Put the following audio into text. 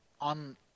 on